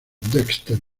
dexter